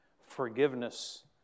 Forgiveness